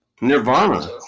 Nirvana